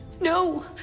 No